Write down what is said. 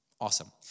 Awesome